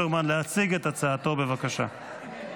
הצעת חוק הביטוח הלאומי (תיקון,